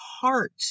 heart